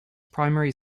primary